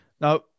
now